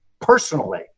personally